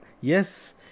yes